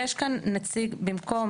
יש כאן נציג במקום.